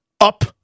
up